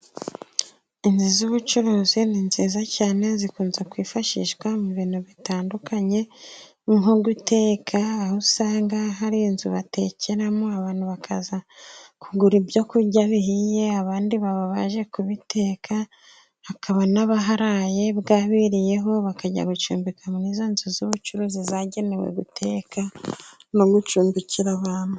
Inzu z'ubucuruzi ni nziza cyane, zikunze kwifashishwa mu bintu bitiandukanye ,nko guteka aho usanga hari inzu batekeramo, abantu bakaza kugura ibyo kurya bihiye, abandi baba baje kubiteka, hakaba n'abaharaye bwabiriyeho ,bakajya gucumbika muri izo nzu z'ubucuruzi zagenewe guteka no gucumbikira abantu.